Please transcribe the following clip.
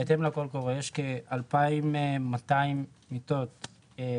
בהתאם לקול קורא יש כ-2,200 מיטות בגליל,